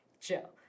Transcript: Joe